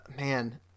man